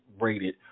rated